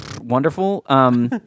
wonderful